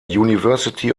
university